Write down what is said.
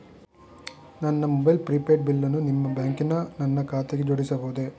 ನನ್ನ mobile prepaid ಬಿಲ್ಲನ್ನು ನಿಮ್ಮ ಬ್ಯಾಂಕಿನ ನನ್ನ ಖಾತೆಗೆ ಜೋಡಿಸಬಹುದೇ?